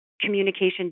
communication